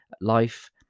life